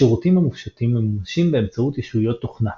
השירותים המופשטים ממומשים באמצעות ישויות תוכנה.